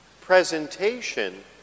presentation